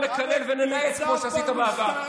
לקלל ולנאץ כמו שעשית בעבר.